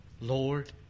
Lord